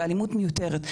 ואלימות מיותרת.